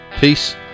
peace